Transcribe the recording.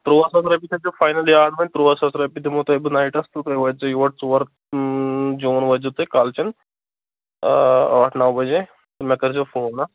تُرٛواہ ساس رۄپیہِ تھٔےزیو فاینَل یاد وۄنۍ تُرٛواہ ساس رۄپیہِ دِمو تۄہہِ بہٕ نایٹَس تہٕ تُہۍ وٲتۍ زیو یور ژور جوٗن وٲتۍ زیو تُہۍ کالچَن ٲٹھ نَو بَجے مےٚ کٔرۍ زیو فون ہا